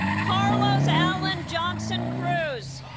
carlos allyn johnson-cruz